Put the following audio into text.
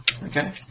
Okay